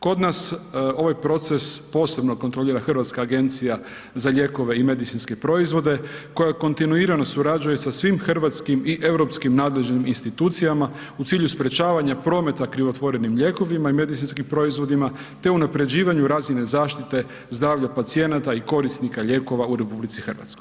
Kod nas ovaj proces posebno kontrolira Hrvatska Agencija za lijekove i medicinske proizvode koja kontinuirano surađuje sa svim hrvatskim i europskim nadležnim institucijama u cilju sprječavanja prometa krivotvorenim lijekovima i medicinskim proizvodima te unaprjeđivanju razine zaštite zdravlja pacijenata i korisnika lijekova u RH.